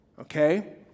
okay